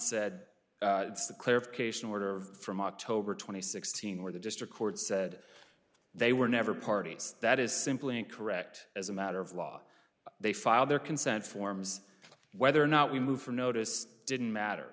said the clarification order from october twenty sixth seeing where the district court said they were never party that is simply incorrect as a matter of law they filed their consent forms whether or not we moved from notice didn't matter